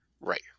right